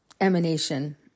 emanation